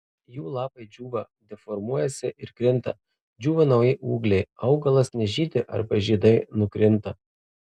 jų lapai džiūva deformuojasi ir krinta džiūva nauji ūgliai augalas nežydi arba žiedai nukrinta